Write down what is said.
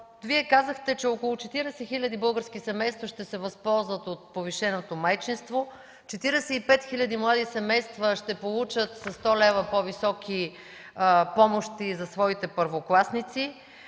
Вие казахте, че около 40 хиляди български семейства ще се възползват от повишеното майчинство; 45 хиляди млади семейства ще получат със 100 лв. по-високи помощи за своите първокласници;